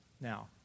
now